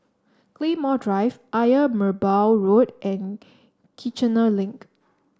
Claymore Drive Ayer Merbau Road and Kiichener Link